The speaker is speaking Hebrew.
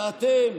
ואתם